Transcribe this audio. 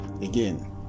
Again